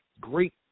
great